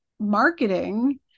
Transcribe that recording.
marketing